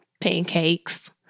pancakes